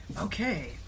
Okay